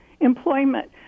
employment